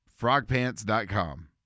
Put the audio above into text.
frogpants.com